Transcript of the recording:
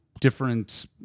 different